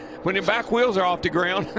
when the back wheels are off the ground,